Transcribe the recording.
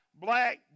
black